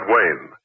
Wayne